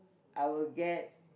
I will get